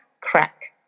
crack